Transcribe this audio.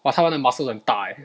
!wah! 他们的 muscle 很大 leh